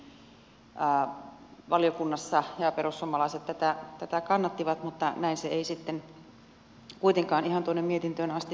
tästä keskusteltiin valiokunnassa ja perussuomalaiset tätä kannattivat mutta se ei sitten kuitenkaan ihan tuonne mietintöön asti noussut